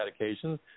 medications